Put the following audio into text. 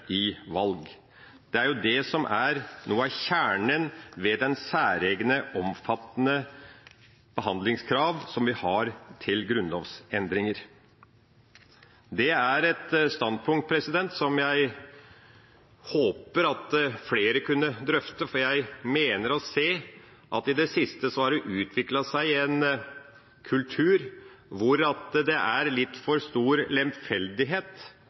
i valg. Det er jo det som er noe av kjernen ved de særegne, omfattende behandlingskrav som vi har til grunnlovsendringer. Det er et standpunkt som jeg håper at flere kunne drøfte, for jeg mener å se at det i det siste har utviklet seg en kultur hvor det er litt for stor lemfeldighet